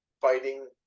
fighting